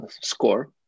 score